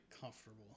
comfortable